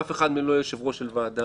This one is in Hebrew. אף אחד לא יהיה יושב-ראש של ועדה,